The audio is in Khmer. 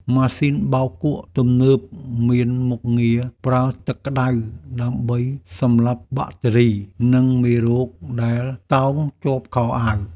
ម៉ាស៊ីនបោកគក់ទំនើបមានមុខងារប្រើទឹកក្តៅដើម្បីសម្លាប់បាក់តេរី និងមេរោគដែលតោងជាប់ខោអាវ។